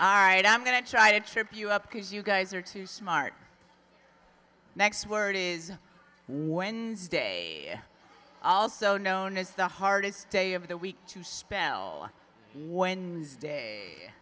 all right i'm going to try to trip you up because you guys are too smart next word is wednesday also known as the hardest day of the week to spell wednesday